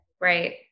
Right